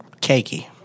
Cakey